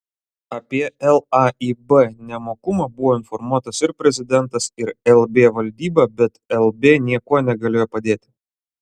apie laib nemokumą buvo informuotas ir prezidentas ir lb valdyba bet lb niekuo negalėjo padėti